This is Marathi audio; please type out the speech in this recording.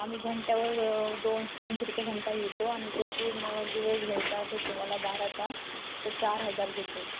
आम्ही घंट्यावर दोन तीनशे रुपये घंटा घेतो आणि जर पूर्ण दिवस घ्यायचा असेल तुम्हाला बारा तास तर चार हजार घेतो